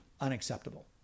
unacceptable